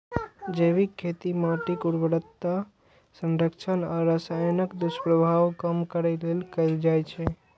जैविक खेती माटिक उर्वरता संरक्षण आ रसायनक दुष्प्रभाव कम करै लेल कैल जाइ छै